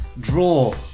draw